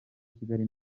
kigali